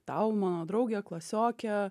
tau mano drauge klasioke